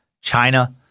China